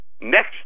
next